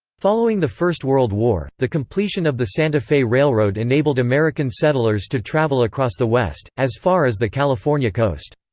following the first world war, the completion of the santa fe railroad enabled american settlers to travel across the west, as far as the california coast.